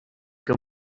que